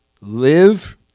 live